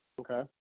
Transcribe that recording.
Okay